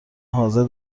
حاضر